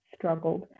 struggled